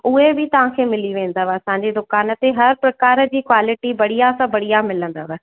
उहे बि तव्हांखे मिली वेंदव असांजी दुकान ते हर प्रकार जी क्वालिटी बढ़िया सभु बढ़िया मिलंदव